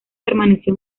permaneció